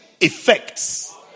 effects